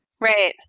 Right